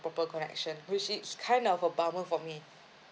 a proper connection which is kind of a bummer for me